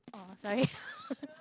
oh sorry